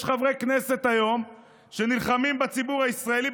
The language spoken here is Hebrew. יש חברי כנסת היום שנלחמים בציבור הישראלי,